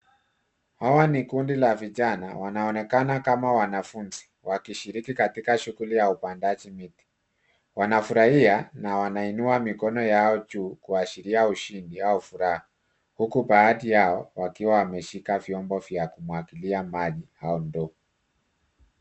Hawa ni kundi la vijana wakionekana kama wanafuzi wakishiriki katika shughuli ya upandaji miti Wanafurahia na wanainua mikono yao juu kuashiria ushindi au furaha huku baadhi yao wakiwa wameshika vyombo vya kumwagilia maji au ndoo.